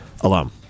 alum